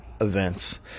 events